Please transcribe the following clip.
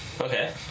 okay